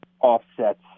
offsets